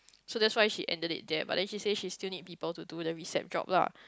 so that's why she ended it there but then she says she still need people to do the receipt job lah